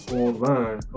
online